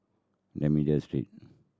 D'Almeida Street